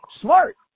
smart